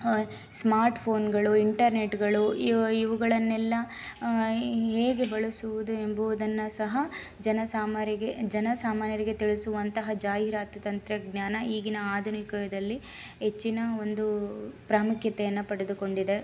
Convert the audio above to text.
ಸ್ಮಾರ್ಟ್ಫೋನ್ಗಳು ಇಂಟರ್ನೆಟ್ಗಳು ಇವ್ ಇವುಗಳನ್ನೆಲ್ಲ ಹೇಗೆ ಬಳಸುವುದು ಎಂಬುವುದನ್ನು ಸಹ ಜನಸಾಮಾರಿಗೆ ಜನಸಾಮಾನ್ಯರಿಗೆ ತಿಳಿಸುವಂತಹ ಜಾಹೀರಾತು ತಂತ್ರಜ್ಞಾನ ಈಗಿನ ಆಧುನಿಕ ಯುಗದಲ್ಲಿ ಹೆಚ್ಚಿನ ಒಂದು ಪ್ರಾಮುಖ್ಯತೆಯನ್ನು ಪಡೆದುಕೊಂಡಿದೆ